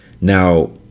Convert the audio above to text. now